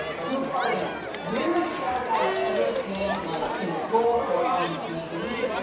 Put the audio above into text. two-part answer. weirdest shark i've ever seen like in a book or on tv?